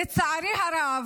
לצערי הרב,